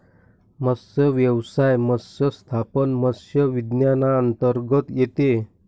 मत्स्यव्यवसाय व्यवस्थापन मत्स्य विज्ञानांतर्गत येते